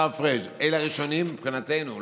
השר פריג', אלה הראשונים מבחינתנו.